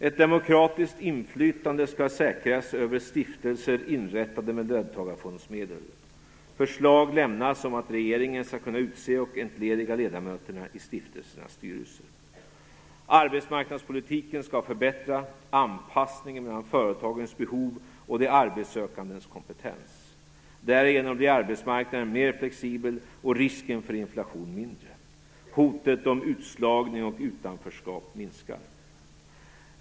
Ett demokratiskt inflytande skall säkras över stiftelser inrättade med löntagarfondsmedel. Förslag lämnas om att regeringen skall kunna utse och entlediga ledamöterna i stiftelsernas styrelser. Arbetsmarknadspolitiken skall förbättra anpassningen mellan företagens behov och de arbetssökandes kompetens. Därigenom blir arbetsmarknaden mer flexibel och risken för inflation mindre. Hotet om utslagning och utanförskap minskar.